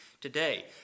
today